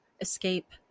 Escape